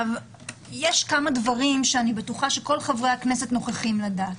יש כמה דברים שאני בטוחה שכל חברי הכנסת נוכחים לדעת.